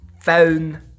phone